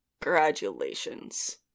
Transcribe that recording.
Congratulations